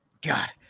God